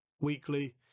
weekly